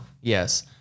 yes